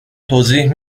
توضیح